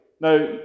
Now